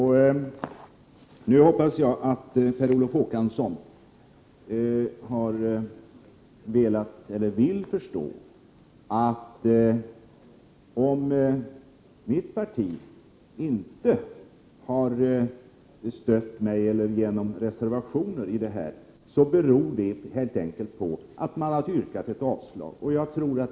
Jag hoppas att Per Olof Håkansson nu vill förstå att om mitt parti inte har stött mig genom reservationer i detta ärende, beror det helt enkelt på att man har yrkat avslag på propositionen.